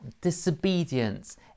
disobedience